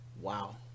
Wow